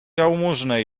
jałmużnę